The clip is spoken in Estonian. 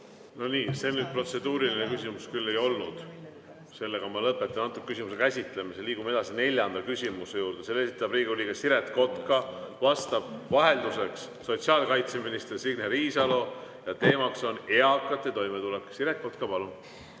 No nii, see nüüd protseduuriline küsimus küll ei olnud. Sellega ma lõpetan selle küsimuse käsitlemise. Liigume edasi neljanda küsimuse juurde. Selle esitab Riigikogu liige Siret Kotka, vastab vahelduseks sotsiaalkaitseminister Signe Riisalo. Teemaks on eakate toimetulek. Siret Kotka, palun!